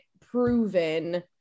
proven